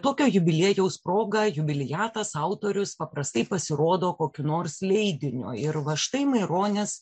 tokio jubiliejaus proga jubiliatas autorius paprastai pasirodo kokiu nors leidiniu ir va štai maironis